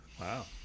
Wow